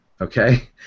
okay